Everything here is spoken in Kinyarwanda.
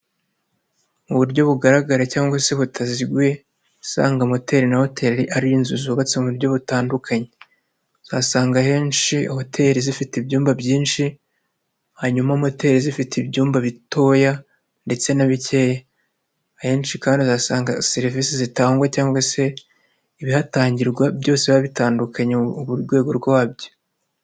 Mu buryo bugaragara cyangwa se butaziguye usanga moteri na hoteli ari inzu zubatse mu buryo butandukanye, uzasanga henshi hoteli zifite ibyumba byinshi hanyuma moteri zifite ibyumba bitoya ndetse na bikeye, ahenshi kandi izaasanga serivisi zitangwa cyangwa se ibihatangirwa byose biba bitandukanye mu rwego rwabyo.